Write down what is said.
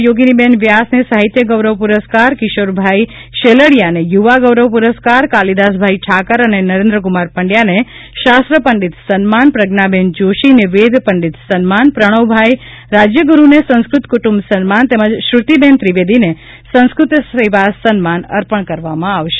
યોગિનીબહેન વ્યાસને સાહિત્ય ગૌરવ પુરસ્કાર શ્રી કિશોરભાઇ શેલડિયાને યુવા ગૌરવ પુરસ્કાર શ્રી કાલીદાસભાઇ ઠાકર અને શ્રી નરેન્દ્રકુમાર પંડ્યાને શાસ્ત્ર પંડિત સન્માન શ્રી પ્રજ્ઞાબહેન જોશીને વેદપંડિત સન્માન શ્રી પ્રજ઼વભાઇ રાજ્યગુરુને સંસ્કૃત કુટુંબ સન્માન તેમજ શ્રી શ્રુતિબહેન ત્રિવેદીને સંસ્કૃત સેવા સન્માન અર્પણ કરવામાં આવશે